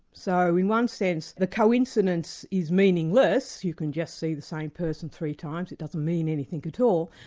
so in one sense, the coincidence is meaningless you can just see the same person three times, it doesn't mean anything at all,